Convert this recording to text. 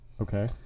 Okay